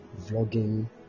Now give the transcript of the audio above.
vlogging